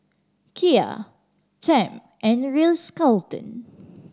Kia Term and the Ritz Carlton